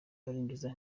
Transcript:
barangiza